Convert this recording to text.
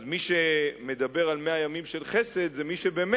אז מי שמדבר על 100 ימים של חסד זה מי שבאמת